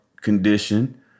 condition